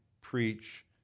preach